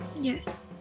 Yes